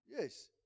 Yes